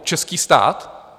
Český stát?